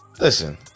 Listen